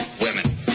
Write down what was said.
women